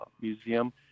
museum